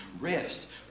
rest